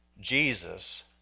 Jesus